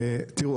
תראו,